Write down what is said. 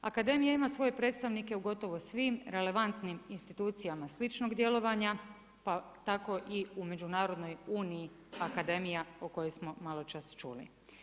Akademija ima svoje predstavnike u gotovo svim relevantnim institucijama sličnog djelovanja pa tako i u Međunarodnoj uniji akademija o kojoj smo malo čas čuli.